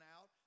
out